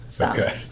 Okay